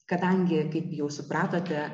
kadangi kaip jau supratote